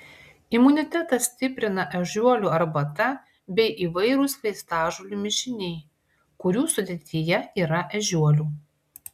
imunitetą stiprina ežiuolių arbata bei įvairūs vaistažolių mišiniai kurių sudėtyje yra ežiuolių